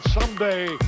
someday